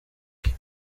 cye